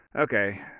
Okay